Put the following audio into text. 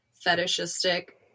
fetishistic